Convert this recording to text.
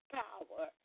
power